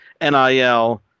NIL